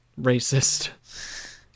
racist